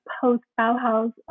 post-Bauhaus